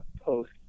post